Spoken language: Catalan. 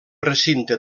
recinte